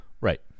Right